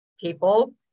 people